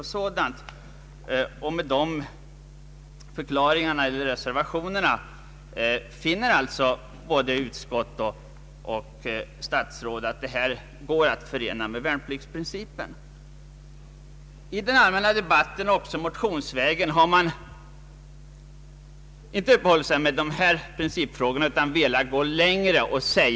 Med de förklaringarna finner både utskottet och statsrådet att föreslagen biståndsoch katastrofutbildning går att förena med värnpliktsprincipen. I den allmänna debatten och i motioner har man inte uppehållit sig vid dessa principfrågor utan velat gå en annan väg.